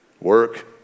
work